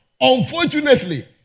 Unfortunately